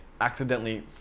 accidentally